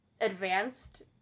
advanced